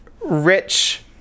rich